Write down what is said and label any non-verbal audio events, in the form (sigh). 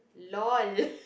lol (laughs)